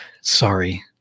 Sorry